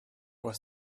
was